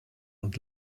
und